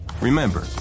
Remember